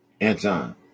Anton